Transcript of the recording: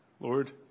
Lord